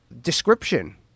description